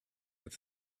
with